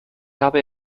habe